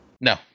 No